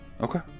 Okay